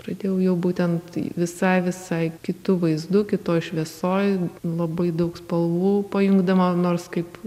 pradėjau jau būtent visai visai kitu vaizdu kitoj šviesoj labai daug spalvų pajungdama nors kaip